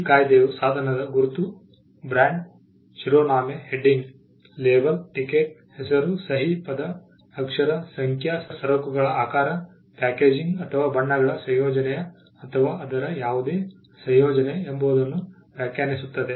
ಈ ಕಾಯಿದೆಯು ಸಾಧನದ ಗುರುತು ಬ್ರ್ಯಾಂಡ್ ಶಿರೋನಾಮೆ ಲೇಬಲ್ ಟಿಕೆಟ್ ಹೆಸರು ಸಹಿ ಪದ ಅಕ್ಷರ ಸಂಖ್ಯಾ ಸರಕುಗಳ ಆಕಾರ ಪ್ಯಾಕೇಜಿಂಗ್ ಅಥವಾ ಬಣ್ಣಗಳ ಸಂಯೋಜನೆ ಅಥವಾ ಅದರ ಯಾವುದೇ ಸಂಯೋಜನೆ ಎಂಬುವುದನ್ನು ವ್ಯಾಖ್ಯಾನಿಸುತ್ತದೆ